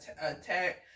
attack